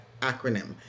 acronym